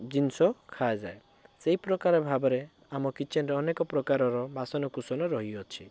ଜିନିଷ ଖାଆଯାଏ ସେହିପ୍ରକାର ଭାବରେ ଆମ କିଚେନରେ ଅନେକ ପ୍ରକାରର ବାସନକୁସନ ରହିଅଛି